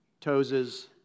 toes